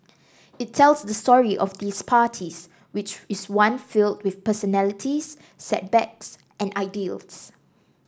it tells the story of these parties which is one filled with personalities setbacks and ideals